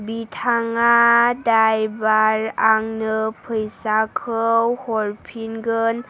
बिथाङा द्राइभार आंनो फैसाखौ हरफिनगोन